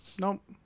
Nope